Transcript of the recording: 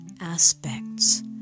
aspects